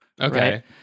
Okay